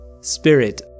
Spirit